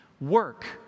work